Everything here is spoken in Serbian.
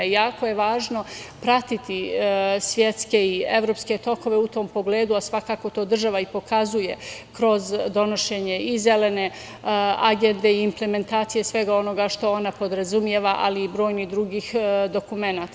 Jako je važno pratiti svetske i evropske tokove u tom pogledu, a svakako to država i pokazuje kroz donošenje i zelene agende i implementacije svega onoga što ona podrazumeva, ali i brojni drugih dokumenata.